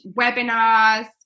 webinars